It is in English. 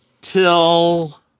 till